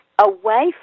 away